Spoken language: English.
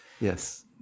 yes